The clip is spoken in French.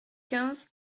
quinze